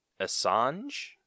Assange